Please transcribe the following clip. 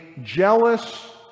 jealous